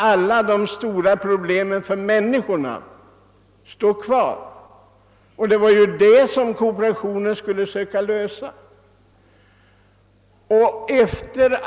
Alla de problem för människorna som kooperationen skulle lösa finns kvar.